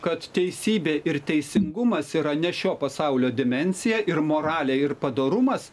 kad teisybė ir teisingumas yra ne šio pasaulio dimensija ir moralė ir padorumas